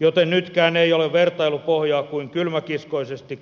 näin ollen nytkään ei ole vertailupohjaa kun kylmäkiskoisesti